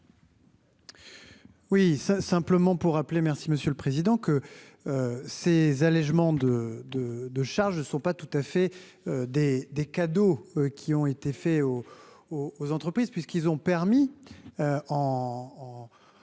Oui ça simplement pour rappeler, merci Monsieur le Président, que ces allégements de de de charges ne sont pas tout à fait des des cadeaux qui ont été faits au aux entreprises, puisqu'ils ont permis en